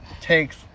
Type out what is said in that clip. takes